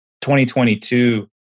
2022